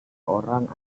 orang